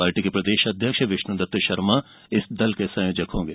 party के प्रदेश अध्यक्ष विष्णुदत्त शर्मा इस दल का संयोजक होंगे